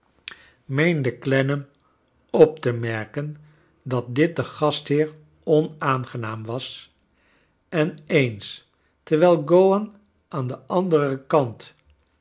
clennam op te merken dat dit den gastheer onaangenaam was en eens terwijl gowan aan den andcren kant